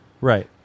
Right